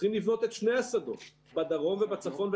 צריכים לבנות את שני השדות בדרום ובצפון,